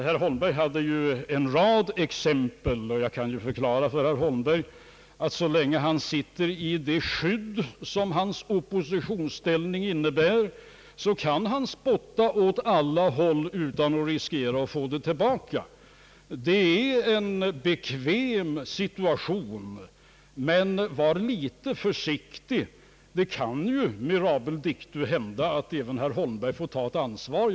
Herr Holmberg anförde en rad exempel, men jag kan ju förklara för herr Holmberg att så länge han sitter i det skydd, som hans oppositionsställning innebär, så kan han spotta åt alla håll utan att riskera att få det tillbaka. Det är en bekväm situation. Men var litet försiktig, herr Holmberg — det kan ju, mirabile dictu, hända att även herr Holmberg får ta ett ansvar.